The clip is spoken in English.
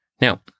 Now